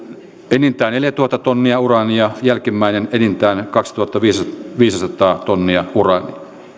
enintään neljätuhatta tonnia uraania jälkimmäinen enintään kaksituhattaviisisataa tonnia uraania